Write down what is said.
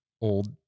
old